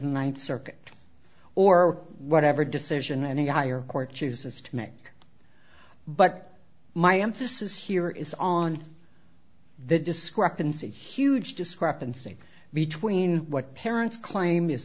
the ninth circuit or whatever decision any higher court chooses to make but my emphasis here is on the discrepancy huge discrepancy between what parents claim is